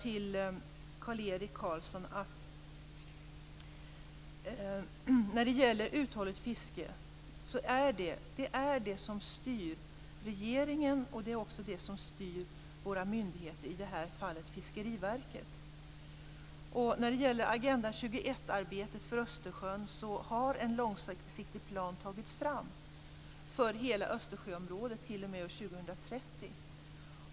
Till Kjell-Erik Karlsson vill jag säga att uthålligt fiske är det som styr regeringen och våra myndigheter, i det här fallet Fiskeriverket. När det gäller Agenda 21-arbetet för Östersjön har en långsiktig plan tagits fram för hela Östersjöområdet t.o.m. år 2030.